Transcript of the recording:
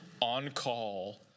on-call